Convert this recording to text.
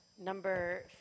Number